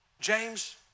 James